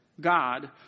God